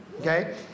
okay